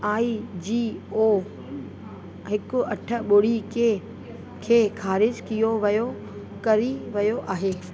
आई G ओ हिकु अठ ॿुड़ी के खे ख़ारिज कयो वयो कई वयो आहे